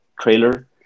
trailer